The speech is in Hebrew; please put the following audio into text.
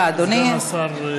הכנסת.